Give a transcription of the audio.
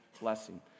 blessing